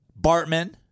Bartman